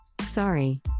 Sorry